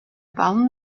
baum